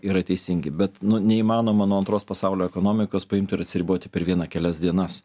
yra teisingi bet nu neįmanoma nuo antros pasaulio ekonomikos paimt ir atsiriboti per vieną kelias dienas